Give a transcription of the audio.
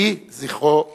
יהי זכרו ברוך.